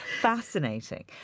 fascinating